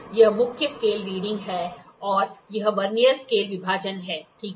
तो यह मुख्य स्केल रीडिंग है और यह वर्नियर स्केल विभाजन है ठीक है